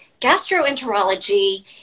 gastroenterology